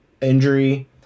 injury